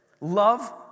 Love